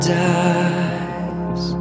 dies